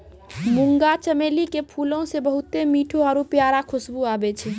मुंगा चमेली के फूलो से बहुते मीठो आरु प्यारा खुशबु आबै छै